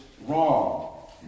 wrong